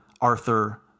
Arthur